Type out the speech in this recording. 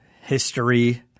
history